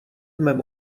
mém